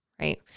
Right